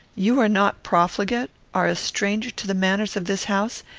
you are not profligate are a stranger to the manners of this house,